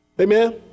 Amen